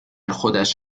خودش